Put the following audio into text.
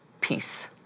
peace